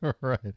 Right